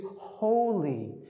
holy